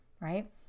right